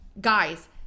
guys